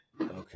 Okay